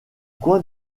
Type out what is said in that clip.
coin